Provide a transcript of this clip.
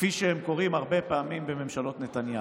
כפי שהם קורים הרבה פעמים בממשלות נתניהו.